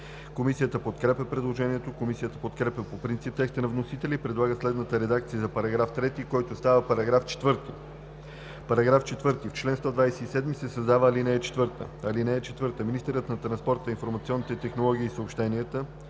Комисията подкрепя предложението. Комисията подкрепя по принцип текста на вносителя и предлага следната редакция за § 3, който става § 4: „§ 4. В чл. 127 се създава ал. 4: „(4) Министърът на транспорта, информационните технологии и съобщенията,